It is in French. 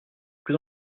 plus